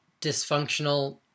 dysfunctional